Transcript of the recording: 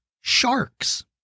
sharks